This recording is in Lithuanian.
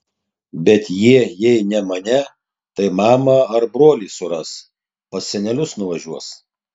bet jie jei ne mane tai mamą ar brolį suras pas senelius nuvažiuos